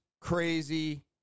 crazy